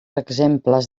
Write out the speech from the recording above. exemples